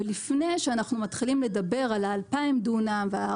ולפני שאנחנו מתחילים לדבר על ה-2,000 דונם ועל